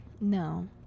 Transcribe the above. no